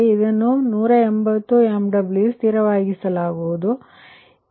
ಆದ್ದರಿಂದ ಇದನ್ನು 180 MW ಸ್ಥಿರವಾಗಿರಿಸಲಾಗುವುದು ಅದನ್ನು 180 MW ನಿಗದಿಪಡಿಸಲಾಗುತ್ತದೆ